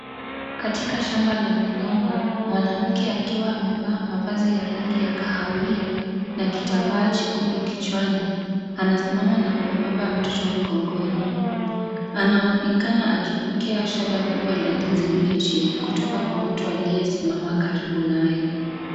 Katika shamba la migomba mwanamke akiwa amevaa mavazi ya rangi ya kahawia na kitambaa jekundu kichwani anasimama na kumbebaba mtoto mgongoni. Anaonekana akipokea shada kubwa la ndizi mbichi kutoka kwa mtu aliyesimama karibu naye.